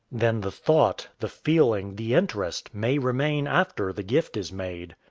then the thought, the feeling, the interest, may remain after the gift is made.